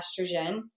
estrogen